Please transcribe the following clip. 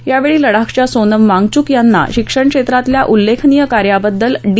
यावेळी लडाखच्या सोनम वांगचूक यांना शिक्षणक्षेत्रातल्या उल्लेखनीय कार्यांबद्दल डी